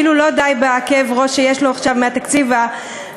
כאילו לא די בכאב הראש שיש לו עכשיו מהתקציב הדו-שנתי,